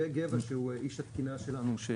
וגבע שהוא איש התקינה שלנו.